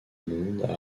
monde